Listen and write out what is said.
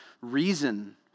reason